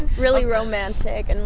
really romantic. and